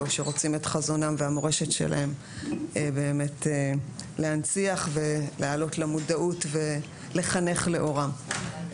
שרוצים את חזונם והמורשת שלהם באמת להנציח ולהעלות למודעות ולחנך לאורם.